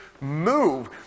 move